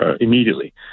immediately